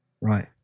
right